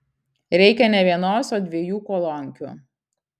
reikia ne vienos o dviejų kolonkių